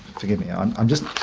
forgive me, i'm i'm just.